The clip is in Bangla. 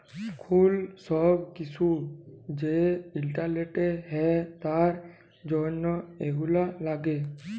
এখুল সব কিসু যে ইন্টারলেটে হ্যয় তার জনহ এগুলা লাগে